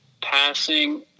passing